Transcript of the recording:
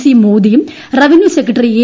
C മോദിയെയു്ം revenue secretary A